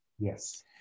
Yes